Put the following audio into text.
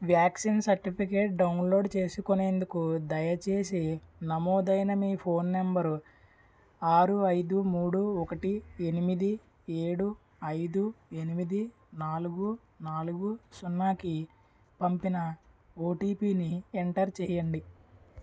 vaccine certificate download చేసుకునేందుకు దయచేసి నమోదైన మీ ఫోన్ నంబరు ఆరు ఐదు మూడు ఒకటి ఎనిమిది ఏడు ఐదు ఎనిమిది నాలుగు నాలుగు సున్నాకి పంపిన ఓటీపీని ఎంటర్ చేయండి